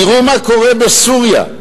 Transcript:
תראו מה קורה בסוריה,